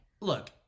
Look